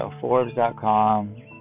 Forbes.com